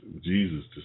Jesus